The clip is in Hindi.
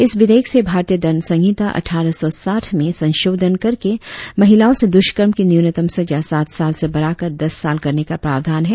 इस विधेयक से भारतीय दंड संहिता अटठारह सौ साठ में संशोधन करके महिलाओं से दुषकर्म की न्यूनतम सजा सात साल से बढ़ाकर दस साल करने का प्रावधान है